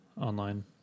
online